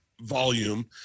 volume